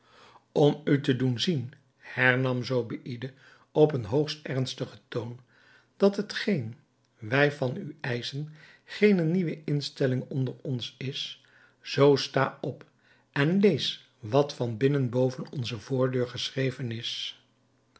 om u te doen zien hernam zobeïde op een hoogst ernstigen toon dat hetgeen wij van u eischen geene nieuwe instelling onder ons is zoo sta op en lees wat van binnen boven onze voordeur geschreven is